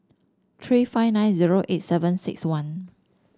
three five nine zero eight seven six one